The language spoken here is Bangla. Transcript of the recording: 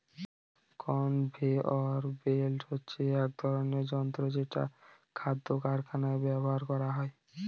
কনভেয়র বেল্ট হচ্ছে এক ধরনের যন্ত্র যেটা খাদ্য কারখানায় ব্যবহার করা হয়